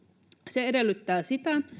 se edellyttää sitä